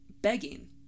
begging